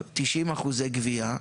90% גבייה,